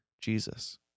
Jesus